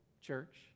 church